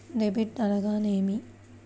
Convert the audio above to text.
Debit అనగానేమి?